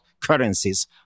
currencies